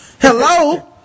Hello